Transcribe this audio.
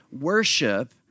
Worship